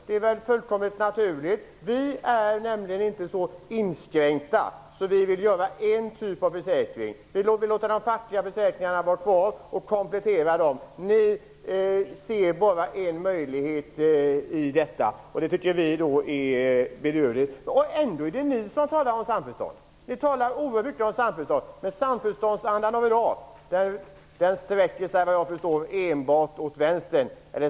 Det är väl fullkomligt naturligt. Vi är inte så inskränkta att vi vill ha bara en typ av försäkring. Vi vill låta de fackliga försäkringarna finnas kvar och komplettera dem. Ni ser bara en möjlighet, och det tycker vi är bedrövligt. Och ändå är det ni som talar om samförstånd! Ni talar oerhört mycket om samförstånd, men samförståndsandan av i dag riktar sig enligt vad jag förstår enbart åt vänster.